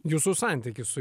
jūsų santykis su